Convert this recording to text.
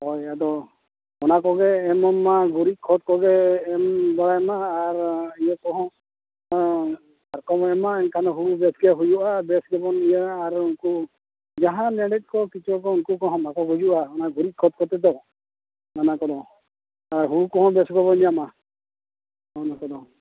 ᱦᱳᱭ ᱟᱫᱚ ᱚᱱᱟ ᱠᱚᱜᱮ ᱮᱢᱮᱢᱟ ᱜᱩᱨᱤᱡ ᱠᱷᱚᱛ ᱠᱚᱜᱮ ᱮᱢ ᱵᱟᱲᱟᱭᱢᱟ ᱟᱨ ᱤᱱᱟᱹ ᱠᱚᱦᱚᱸ ᱥᱟᱨᱠᱚᱢ ᱮᱢᱟ ᱮᱱᱠᱷᱟᱱ ᱦᱩᱲᱩ ᱵᱮᱥᱜᱮ ᱦᱩᱭᱩᱜᱼᱟ ᱟᱨ ᱵᱮᱥ ᱜᱮᱵᱚᱱ ᱤᱭᱟᱹᱜᱼᱟ ᱟᱨ ᱩᱱᱠᱩ ᱡᱟᱦᱟᱸ ᱞᱮᱸᱰᱮᱫ ᱠᱚ ᱠᱤᱪᱣᱟᱹ ᱠᱚ ᱩᱱᱠᱩ ᱠᱚᱦᱚᱸ ᱵᱟᱠᱚ ᱜᱩᱡᱩᱜᱼᱟ ᱚᱱᱟ ᱜᱩᱨᱤᱡ ᱠᱷᱚᱛ ᱠᱚᱛᱮ ᱫᱚ ᱢᱚᱱᱮ ᱠᱚᱨᱚ ᱦᱩᱲᱩ ᱠᱚᱦᱚᱸ ᱵᱮᱥ ᱜᱮᱵᱚ ᱧᱟᱢᱟ ᱚᱱᱟ ᱠᱚᱫᱚ